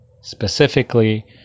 Specifically